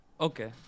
Okay